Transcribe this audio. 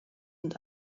und